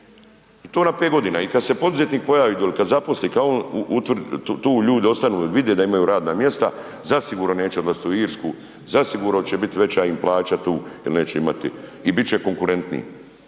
i to na 5 godina. I kada se poduzetnik pojavi dolje, kada zaposli, kada on utvrdi, ljudi ostanu jer vide da imaju radna mjesta zasigurno neće odlaziti u Irsku, zasigurno će biti veća im plaća tu jer neće imati i bit će konkurentniji.